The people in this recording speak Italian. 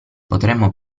potremmo